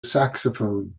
saxophone